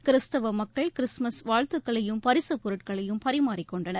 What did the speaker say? கிறிஸ்தவ மக்கள் கிறிஸ்துமஸ் வாழ்த்துக்களையும் பரிசுப் பொருட்களையும் பரிமாறிக் கொண்டனர்